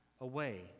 away